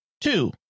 Two